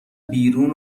بیرون